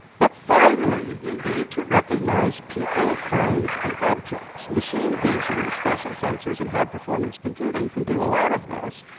but finally, you need to recognize people, signs and objects. machine vision, special sensors, and high-performance computing can do a lot of this,